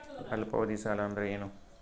ಅಲ್ಪಾವಧಿ ಸಾಲ ಅಂದ್ರ ಏನು?